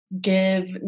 give